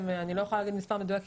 אני לא יכולה להגיד מספר מדויק,